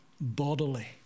bodily